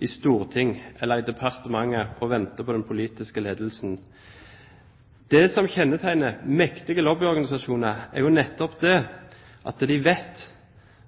i Stortinget eller i departementet og venter på den politiske ledelsen. Det som kjennetegner mektige lobbyorganisasjoner, er jo nettopp at de vet